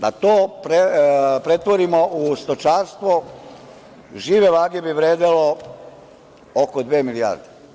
Da to pretvorimo u stočarstvo, žive vage bi vredelo oko dve milijarde.